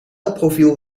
profiel